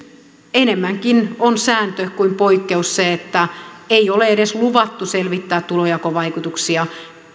enemmänkin on sääntö kuin poikkeus se että ei ole edes luvattu selvittää tulonjakovaikutuksia